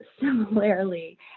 similarly